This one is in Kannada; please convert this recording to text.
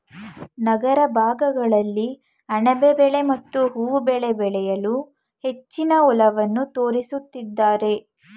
ನಗರ ಭಾಗಗಳಲ್ಲಿ ಅಣಬೆ ಬೆಳೆ ಮತ್ತು ಹೂವು ಬೆಳೆ ಬೆಳೆಯಲು ಹೆಚ್ಚಿನ ಒಲವನ್ನು ತೋರಿಸುತ್ತಿದ್ದಾರೆ